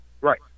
Right